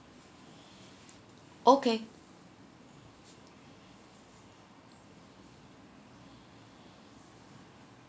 okay